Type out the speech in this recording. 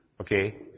Okay